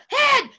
head